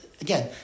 again